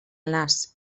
nas